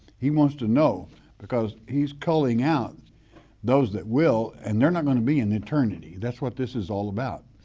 he wants to know because he's calling out those that will, and they're not gonna be in eternity. that's what this is all about.